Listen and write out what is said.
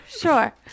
Sure